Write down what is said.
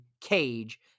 Cage